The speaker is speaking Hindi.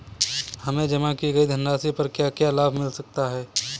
हमें जमा की गई धनराशि पर क्या क्या लाभ मिल सकता है?